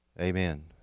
amen